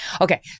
Okay